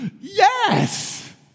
yes